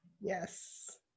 Yes